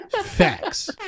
Facts